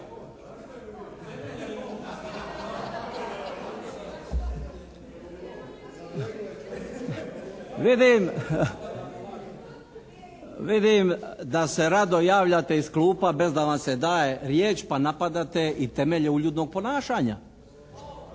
vidim da se rado javljate iz klupa bez da vam se daje riječ pa napadate i temelje uljudnog ponašanja.